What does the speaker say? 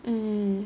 mm